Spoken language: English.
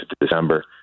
December